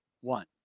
One